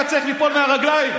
היה צריך ליפול מהרגליים.